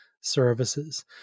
services